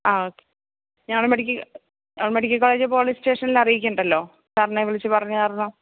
ആ ഓക്കെ ഞങ്ങള് മെഡിക്കി മെഡിക്കൽ കോളേജിൽ പോലീസ് സ്റ്റേഷനിൽ അറിയിക്കണ്ടല്ലോ സാറിനെ വിളിച്ചു പറഞ്ഞകാരണം